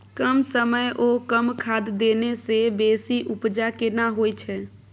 कम समय ओ कम खाद देने से बेसी उपजा केना होय छै?